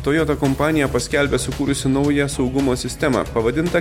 toyota kompanija paskelbė sukūrusi naują saugumo sistemą pavadintą